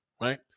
right